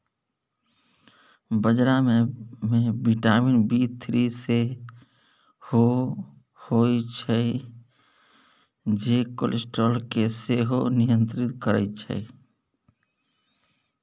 बजरा मे vitamin B three सेहो होइ छै जे कोलेस्ट्रॉल केँ सेहो नियंत्रित करय छै